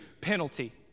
penalty